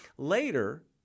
Later